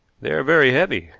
they are very heavy,